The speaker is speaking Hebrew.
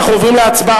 אנחנו עוברים להצבעה.